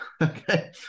okay